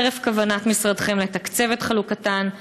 חרף כוונת משרדכם לתקצב את חלוקתן.